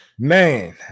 Man